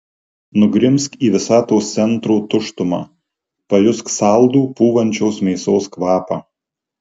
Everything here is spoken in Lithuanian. nugrimzk į visatos centro tuštumą pajusk saldų pūvančios mėsos kvapą